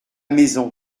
maison